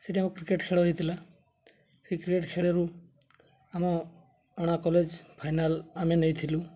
ସେଠି ଆମ କ୍ରିକେଟ୍ ଖେଳ ହୋଇଥିଲା ସେହି କ୍ରିକେଟ୍ ଖେଳରୁ ଆମ ଅଣା କଲେଜ୍ ଫାଇନାଲ୍ ଆମେ ନେଇଥିଲୁ